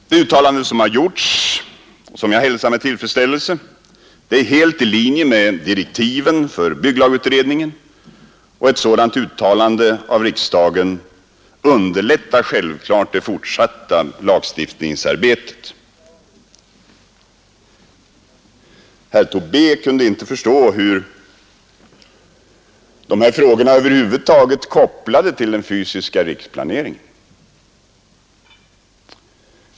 Det uttalande som har gjorts, och som jag hälsar med tillfredsställelse, är helt i linje med direktiven för bygglagutredningen, och ett sådant uttalande av riksdagen underlättar självklart det fortsatta lagstiftningsarbetet. Herr Tobé kunde inte förstå hur dessa frågor över huvud taget kopplade till den fysiska riksplaneringen.